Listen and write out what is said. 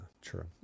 true